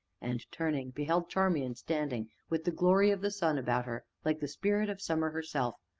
and, turning, beheld charmian standing with the glory of the sun about her like the spirit of summer herself,